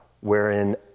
wherein